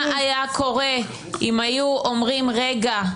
מה היה קורה אם היו אומרים: רגע,